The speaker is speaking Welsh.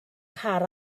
car